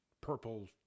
purple